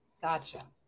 Gotcha